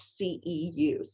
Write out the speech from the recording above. CEUs